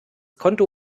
konto